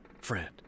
friend